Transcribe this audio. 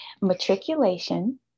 matriculation